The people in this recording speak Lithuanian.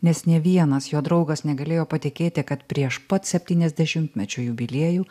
nes nė vienas jo draugas negalėjo patikėti kad prieš pat septyniasdešimtmečio jubiliejų